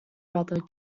brother